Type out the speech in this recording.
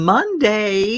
Monday